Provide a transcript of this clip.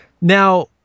Now